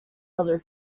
other